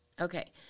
Okay